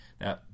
Now